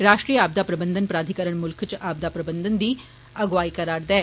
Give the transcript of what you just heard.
राष्ट्रीय आपदा प्रबंधन प्राधीकरण मुल्ख च आपदा प्रबंधन दी अनुवाई करारदा ऐ